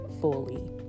fully